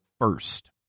first